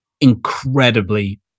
incredibly